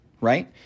right